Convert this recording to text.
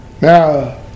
Now